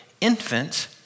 infants